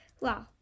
Wow